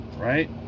right